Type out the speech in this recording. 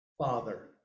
Father